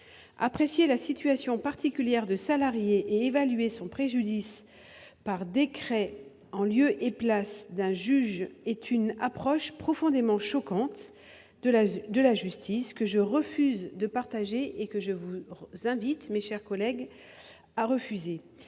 Apprécier la situation particulière d'un salarié et évaluer son préjudice par décret en lieu et place d'un juge est une approche profondément choquante de la justice que je refuse de partager, et je vous invite, mes chers collègues, à faire